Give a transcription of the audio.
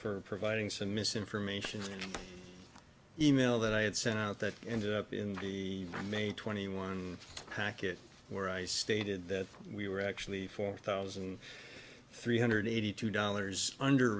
for providing some misinformation in email that i had sent out that ended up in the i'm a twenty one packet where i stated that we were actually four thousand three hundred eighty two dollars under